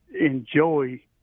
enjoy